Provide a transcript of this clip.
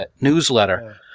Newsletter